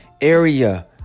area